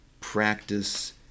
practice